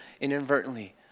inadvertently